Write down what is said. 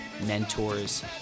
mentors